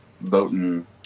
voting